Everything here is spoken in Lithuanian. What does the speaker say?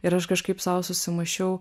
ir aš kažkaip sau susimąsčiau